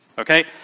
Okay